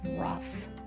rough